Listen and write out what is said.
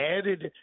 added